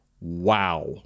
Wow